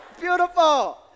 Beautiful